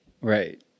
Right